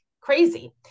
crazy